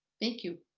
thank you.